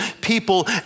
people